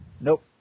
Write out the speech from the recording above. Nope